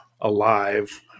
alive